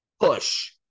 push